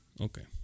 Okay